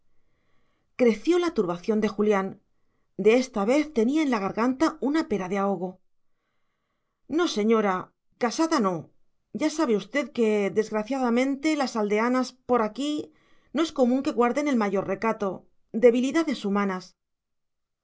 creció la turbación de julián de esta vez tenía en la garganta una pera de ahogo no señora casada no ya sabe usted que desgraciadamente las aldeanas por aquí no es común que guarden el mayor recato debilidades humanas